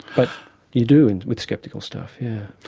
but you do, and with sceptical stuff, yeah